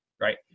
right